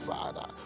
Father